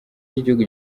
cy’igihugu